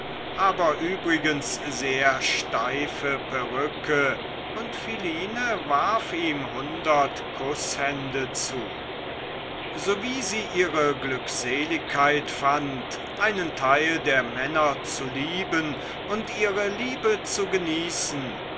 aber übrigens sehr steife perücke und philine warf ihm hundert kußhände zu so wie sie ihre glückseligkeit fand einen teil der männer zu lieben und ihre liebe zu genießen